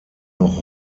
noch